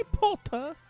Potter